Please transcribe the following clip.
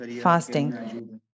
fasting